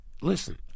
Listen